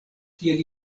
kiel